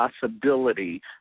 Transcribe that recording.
possibility